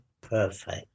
perfect